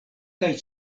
kaj